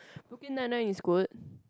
Brooklyn Nine Nine is good